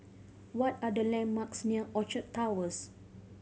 what are the landmarks near Orchard Towers